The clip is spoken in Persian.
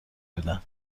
بودن